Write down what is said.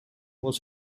was